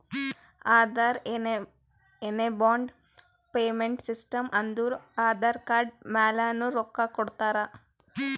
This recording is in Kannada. ಆಧಾರ್ ಏನೆಬಲ್ಡ್ ಪೇಮೆಂಟ್ ಸಿಸ್ಟಮ್ ಅಂದುರ್ ಆಧಾರ್ ಕಾರ್ಡ್ ಮ್ಯಾಲನು ರೊಕ್ಕಾ ಕೊಡ್ತಾರ